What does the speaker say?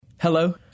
Hello